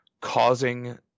causing